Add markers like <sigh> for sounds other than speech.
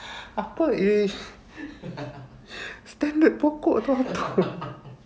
apa is <laughs> standard pokok